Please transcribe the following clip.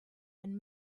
and